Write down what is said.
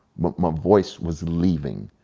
my voice was leaving.